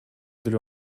деле